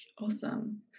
awesome